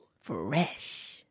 Fresh